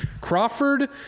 Crawford